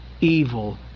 evil